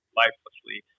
lifelessly